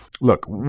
Look